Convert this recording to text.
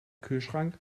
kühlschrank